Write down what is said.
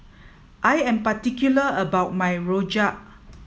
I am particular about my Rojak